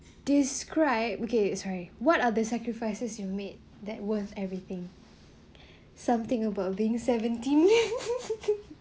describe okay sorry what are the sacrifices you made that worth everything something about being seventeen